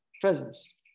presence